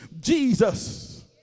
Jesus